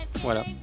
Voilà